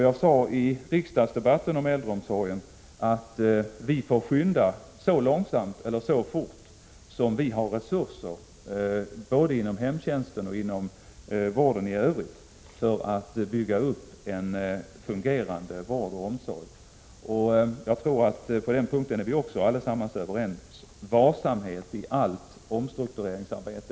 Jag sade i riksdagsdebatten om äldreomsorgen att vi får skynda så långsamt eller så fort som vi har resurser till både inom hemtjänsten och inom vården i övrigt för att bygga upp en fungerande vård och omsorg. Jag tror också att vi allesammans är överens på den punkten. Varsamhet är A och O i allt omstruktureringsarbete.